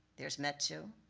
there's metsu.